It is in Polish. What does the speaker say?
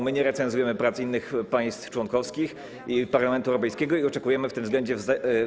My nie recenzujemy pracy innych państw członkowskich i Parlamentu Europejskiego i oczekujemy w tym względzie wzajemności.